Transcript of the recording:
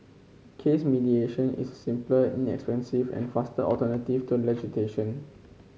case mediation is a simpler inexpensive and faster alternative to